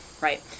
right